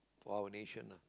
for our nation